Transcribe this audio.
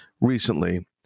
Recently